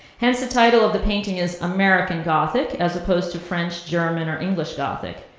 hence the title of the painting is american gothic as opposed to french, german, or english gothic.